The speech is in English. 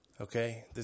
okay